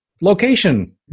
location